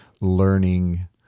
learning